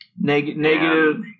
negative